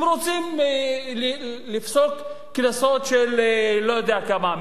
הם רוצים לפסוק קנסות של לא יודע כמה,